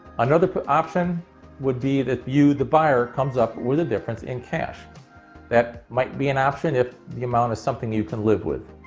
another option would be that you, the buyer, comes up with a difference in cash that might be an option, if the amount is something you can live with.